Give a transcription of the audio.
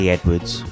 Edwards